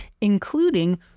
including